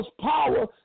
power